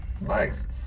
Nice